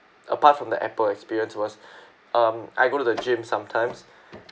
apart from the Apple experience was um I go to the gym sometimes